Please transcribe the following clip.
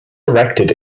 erected